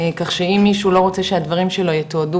כך שאם מישהו לא רוצה שהדברים שלו יתועדו